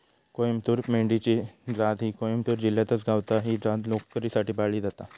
कोईमतूर मेंढी ची जात ही कोईमतूर जिल्ह्यातच गावता, ही जात लोकरीसाठी पाळली जाता